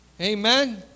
Amen